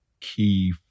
key